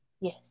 Yes